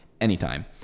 anytime